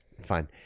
Fine